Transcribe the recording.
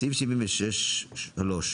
בסעיף 76(3),